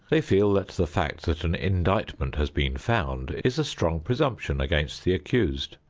they feel that the fact that an indictment has been found is a strong presumption against the accused.